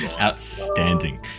Outstanding